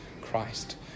Christ